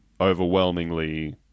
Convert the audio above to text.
overwhelmingly